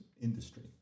industry